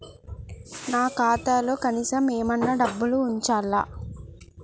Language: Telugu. నా ఖాతాలో కనీసం ఏమన్నా డబ్బులు ఉంచాలా?